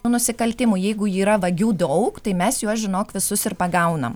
nusikaltimų jeigu yra vagių daug tai mes juos žinok visus ir pagaunam